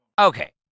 Okay